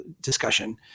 discussion